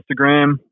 Instagram